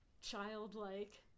childlike